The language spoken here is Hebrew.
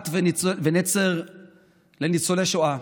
בת ונצר לניצולי השואה,